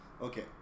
Okay